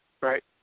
Right